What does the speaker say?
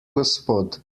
gospod